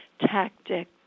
tactic